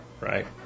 right